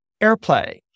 airplay